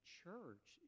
church